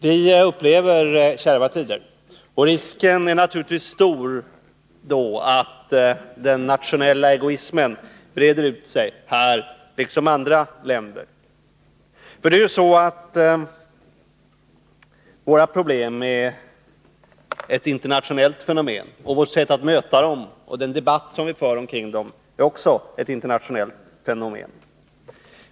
Vi upplever kärva tider, och risken är naturligtvis då stor att den nationella egoismen breder ut sig här liksom i andra länder. Det är ju så att våra problem är internationella problem. Vårt sätt att möta dem liksom den debatt som vi för omkring dem är också ett internationellt fenomen.